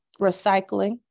recycling